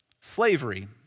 Slavery